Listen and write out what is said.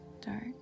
dark